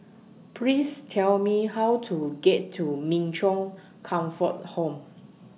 Please Tell Me How to get to Min Chong Comfort Home